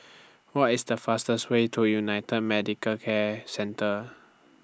What IS The fastest Way to United Medical Care Centre